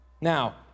Now